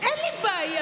אין לי בעיה,